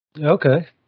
Okay